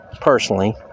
personally